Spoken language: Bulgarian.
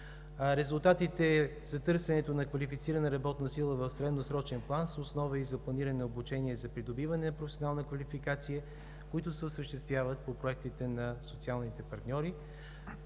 Резултатите за търсенето на квалифицирана работна сила в средносрочен план са основа и за планиране на обучение за придобиване на професионална квалификация, които се осъществяват по проектите на социалните партньори.